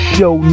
Show